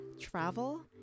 Travel